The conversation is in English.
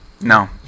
No